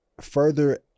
further